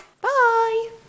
bye